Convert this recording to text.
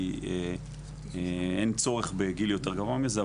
כי אין צורך בגיל יותר גבוה מזה.